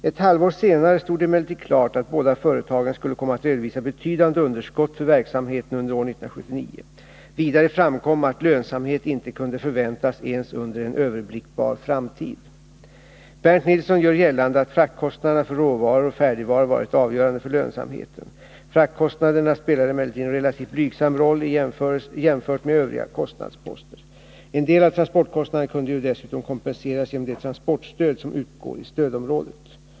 Ett halvår senare stod det emellertid klart att båda företagen skulle komma att redovisa betydande underskott för verksamheten under år 1979. Vidare framkom att lönsamhet inte kunde förväntas ens under en överblickbar framtid. Bernt Nilsson gör gällande att fraktkostnaderna för råvaror och färdigvaror varit avgörande för lönsamheten. Fraktkostnaderna spelade emellertid en relativt blygsam roll jämfört med övriga kostnadsposter. En del av transportkostnaderna kunde ju dessutom kompenseras genom det transportstöd som utgår i stödområdet.